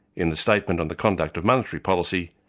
in the statement on the conduct of monetary policy,